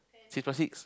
six plus six